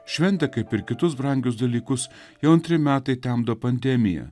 šventę kaip ir kitus brangius dalykus jau antri metai temdo pandemija